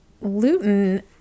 Luton